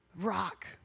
rock